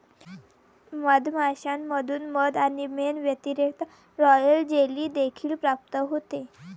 मधमाश्यांमधून मध आणि मेण व्यतिरिक्त, रॉयल जेली देखील प्राप्त होते